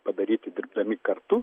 padaryti dirbdami kartu